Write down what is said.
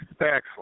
Excellent